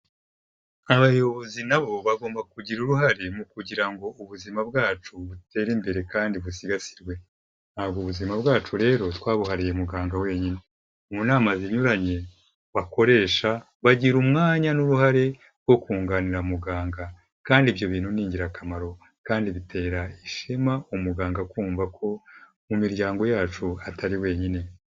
Abayobozi na bo bagomba kugira uruhare mu kugira ngo ubuzima bwacu butere imbere kandi busigasirwe, ntabwo ubuzima bwacu rero twabuhariye muganga wenyine, mu nama zinyuranye bakoresha, bagira umwanya n'uruhare wo kunganira muganga kandi ibyo bintu ni ingirakamaro kandi bitera ishema umuganga kumva ko mu miryango yacu atari wenyine.